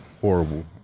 Horrible